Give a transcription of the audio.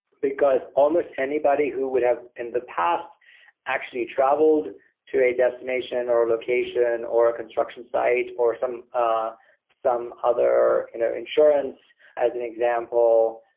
because almost anybody who would have in the past actually traveled to a destination or a location or a construction site or some ah some other you know insurance as an example,